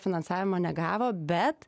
finansavimo negavo bet